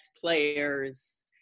players